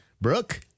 Brooke